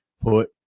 put